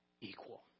equal